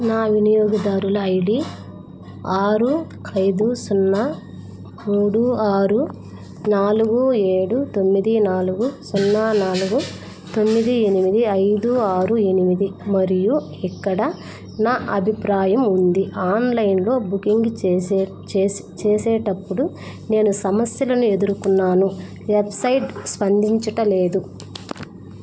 నా వినియోగదారుల ఐడి ఆరు ఐదు సున్నా మూడు ఆరు నాలుగు ఏడు తొమ్మిది నాలుగు సున్నా నాలుగు తొమ్మిది ఎనిమిది ఐదు ఆరు ఎనిమిది మరియు ఇక్కడ నా అభిప్రాయం ఉంది ఆన్లైన్లో బుకింగ్ చేసేటప్పుడు నేను సమస్యలను ఎదుర్కొన్నాను వెబ్సైట్ స్పందించుటలేదు